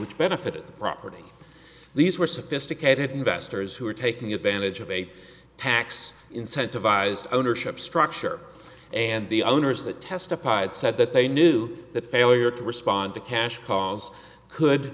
which benefited the property these were sophisticated investors who were taking advantage of a tax incentivised ownership structure and the owners that testified said that they knew that failure to respond to cash calls could